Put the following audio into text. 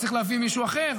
הוא צריך להביא מישהו אחר.